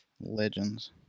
legends